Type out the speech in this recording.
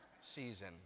Season